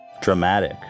dramatic